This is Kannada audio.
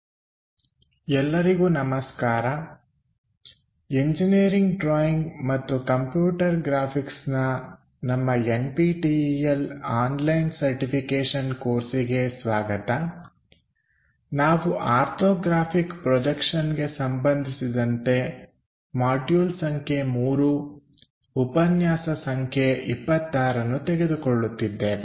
ಆರ್ಥೋಗ್ರಾಫಿಕ್ ಪ್ರೊಜೆಕ್ಷನ್ I ಭಾಗ 6 ಎಲ್ಲರಿಗೂ ನಮಸ್ಕಾರ ಎಂಜಿನಿಯರಿಂಗ್ ಡ್ರಾಯಿಂಗ್ ಮತ್ತು ಕಂಪ್ಯೂಟರ್ ಗ್ರಾಫಿಕ್ಸ್ನ ನಮ್ಮ N P T E L online certification ಕೋರ್ಸಿಗೆ ಸ್ವಾಗತ ನಾವು ಆರ್ಥೋಗ್ರಾಫಿಕ್ ಪ್ರೊಜೆಕ್ಷನ್ ಗೆ ಸಂಬಂಧಿಸಿದಂತೆ ಮಾಡ್ಯೂಲ್ ಸಂಖ್ಯೆ 3 ಉಪನ್ಯಾಸ ಸಂಖ್ಯೆ 26 ನ್ನು ತೆಗೆದುಕೊಳ್ಳುತ್ತಿದ್ದೇವೆ